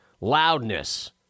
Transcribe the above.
Loudness